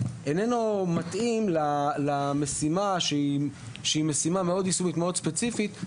איננו מתאים למשימה שהיא משימה מאוד יישומית ומאוד ספציפית.